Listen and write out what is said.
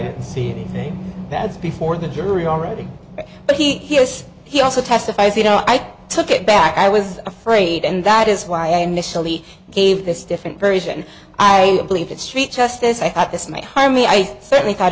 didn't see anything bad before the jury already but he has he also testifies you know i took it back i was afraid and that is why i initially gave this different version i believe that street justice i thought this might harm me i certainly thought